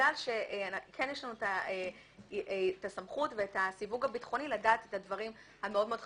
יש לנו את הסמכות ואת הסיווג הביטחוני כדי לדעת דברים מאוד מאוד חשובים.